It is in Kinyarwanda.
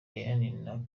aya